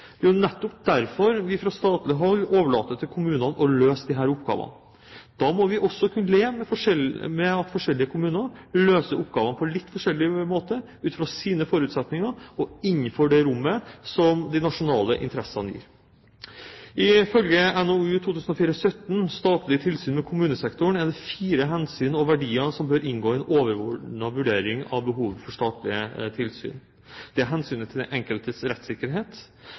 Det er jo nettopp derfor vi fra statlig hold overlater til kommunene å løse disse oppgavene. Da må vi også kunne leve med at forskjellige kommuner løser oppgavene på litt forskjellige måter ut fra sine forutsetninger og innenfor det rommet som de nasjonale interesser gir. Ifølge NOU 2004:17, Statlig tilsyn med kommunesektoren, er det fire hensyn og verdier som bør inngå i en overordnet vurdering av behovet for statlig tilsyn. Det er hensynet til den enkeltes rettssikkerhet.